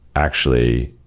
actually,